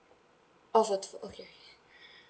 oh for the phone okay okay